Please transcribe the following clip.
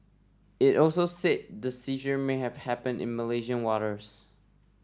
it also said the seizure may have happened in Malaysian waters